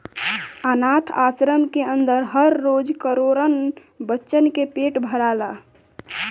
आनाथ आश्रम के अन्दर हर रोज करोड़न बच्चन के पेट भराला